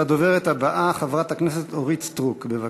הדוברת הבאה, חברת הכנסת אורית סטרוק, בבקשה.